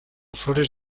flores